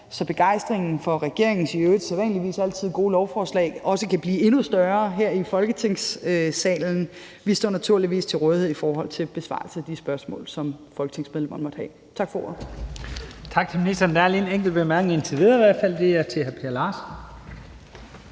begejstringen for regeringens – i øvrigt sædvanligvis altid – gode lovforslag også kan blive endnu større her i Folketingssalen. Vi står naturligvis til rådighed for besvarelse af de spørgsmål, som folketingsmedlemmerne måtte have. Tak for ordet. Kl. 14:58 Første næstformand (Leif Lahn Jensen): Tak til ministeren. Der er lige en enkelt kort bemærkning, indtil videre i hvert fald. Det er til hr. Per Larsen.